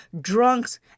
drunks